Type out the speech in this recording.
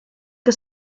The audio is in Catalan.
que